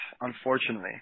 unfortunately